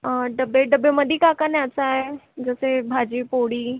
डबे डब्यामध्ये काय काय न्यायचं आहे जसे भाजी पोळी